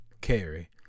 carry